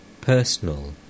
personal